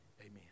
amen